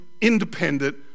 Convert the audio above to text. independent